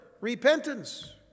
repentance